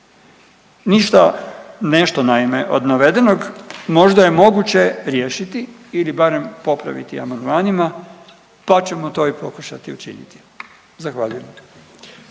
Ništa, nešto naime od navedenog možda je moguće riješiti ili barem popraviti amandmanima, pa ćemo to i pokušati učiniti. Zahvaljujem.